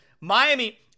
Miami